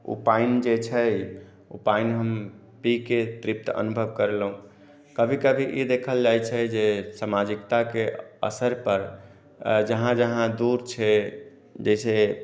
ओ पानि जे छै ओ पानि हम पीके तृप्त अनुभव करलहुँ कभी कभी ई देखल जाइत छै जे समाजिकताके असर पर जहाँ जहाँ दूर छै जैसे